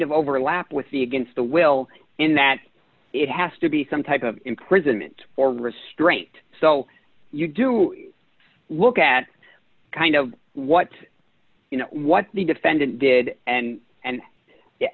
of overlap with the against the will in that it has to be some type of imprisonment or restraint so you do look at kind of what you know what the defendant did and and